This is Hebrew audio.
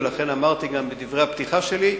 ולכן אמרתי גם בדברי הפתיחה שלי,